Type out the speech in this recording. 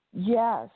Yes